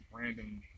random